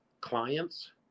clients